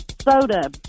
Soda